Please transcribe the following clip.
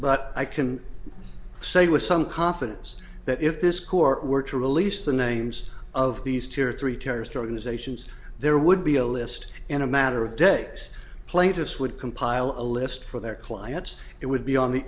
but i can say with some confidence that if this court were to release the names of these two or three terrorist organizations there would be a list in a matter of days plaintiffs would compile a list for their clients it would be on the